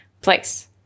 place